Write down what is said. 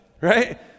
right